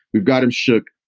we've got and shook.